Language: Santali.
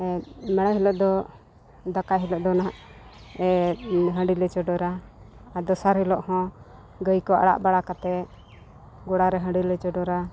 ᱢᱟᱲᱟᱝ ᱦᱤᱞᱳᱜ ᱫᱚ ᱫᱟᱠᱟᱭ ᱦᱤᱞᱳᱜ ᱫᱚ ᱦᱟᱸᱜ ᱮ ᱦᱟᱺᱰᱤ ᱞᱮ ᱪᱚᱰᱚᱨᱟ ᱟᱨ ᱫᱚᱥᱟᱨ ᱦᱤᱞᱜ ᱦᱚᱸ ᱜᱟᱹᱭ ᱠᱚ ᱟᱲᱟᱜ ᱵᱟᱲᱟ ᱠᱟᱛᱮ ᱜᱳᱲᱟ ᱨᱮ ᱦᱟᱺᱰᱤ ᱞᱮ ᱪᱚᱰᱚᱨᱟ